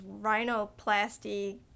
rhinoplasty